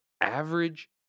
average